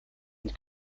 and